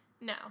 No